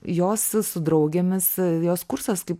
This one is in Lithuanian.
jos su draugėmis jos kursas kaip